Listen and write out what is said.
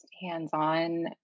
hands-on